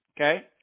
Okay